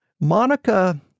Monica